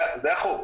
זה החוק.